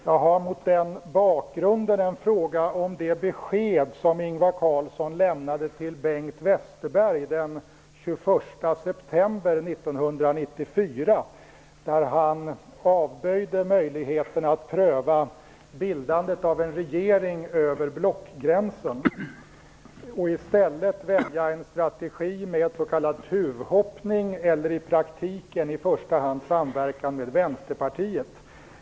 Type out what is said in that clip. Jag har mot den bakgrunden en fråga om det besked som Ingvar Carlsson lämnade till Bengt Westerberg den 21 september 1994, när han avböjde möjligheten att pröva bildandet av en regering över blockgränsen för att i stället välja en strategi med s.k. tuvhoppning eller i praktiken i första hand samverkan med Vänsterpartiet.